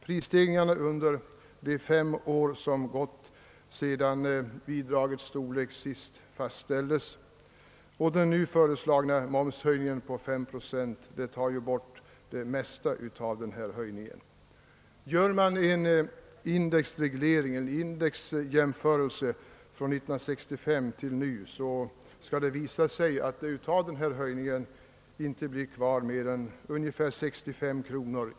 Prisstegringen under de fem år som gått sedan bidragets storlek senast fastställdes och den nu föreslagna momshöjningen på 5 procent tar det mesta av höjningen. Gör man en indexjämförelse för tiden från år 1965 visar det sig att det inte blir kvar mer än 65 kr.